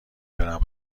برم